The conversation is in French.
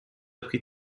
pris